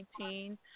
2019